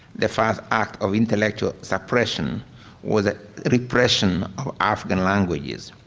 the first act of intellectual suppression was the repression of african languages.